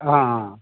অঁ